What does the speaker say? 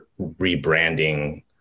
rebranding